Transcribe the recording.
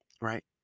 right